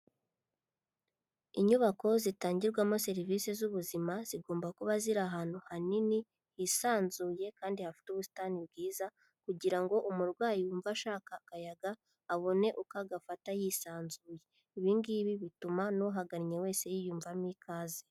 Inyubako zitangirwamo serivisi z'ubuzima, zigomba kuba ziri ahantu hanini hisanzuye kandi hafite ubusitani bwiza kugira ngo umurwayi wumva ashaka akayaga abone uko agafata yisanzuye, ibi ngibi bituma n'uhagannye wese yiyumvamo ikaze.